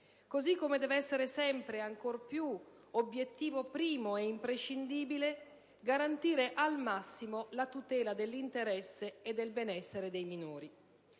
così come deve essere ancor più obiettivo primo e imprescindibile garantire al massimo la tutela dell'interesse e del benessere dei minori.